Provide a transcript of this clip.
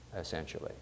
essentially